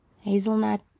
hazelnut